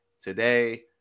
Today